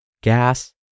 gas